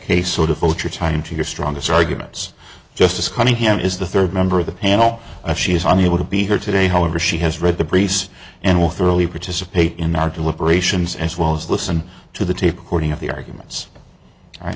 felt your time to your strongest arguments justice cunningham is the third member of the panel and she is unable to be here today however she has read the briefs and will thoroughly participate in our deliberations as well as listen to the tape recording of the arguments right